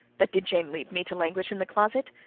but did jane leave me to languish in the closet?